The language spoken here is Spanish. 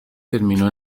terminó